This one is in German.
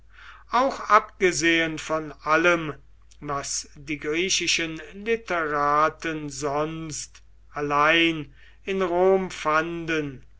auch abgesehen von allem was die griechischen literaten sonst allein in rom fanden